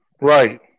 Right